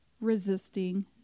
resisting